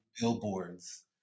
billboards